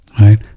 right